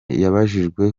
yabajijwe